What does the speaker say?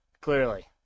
clearly